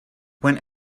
when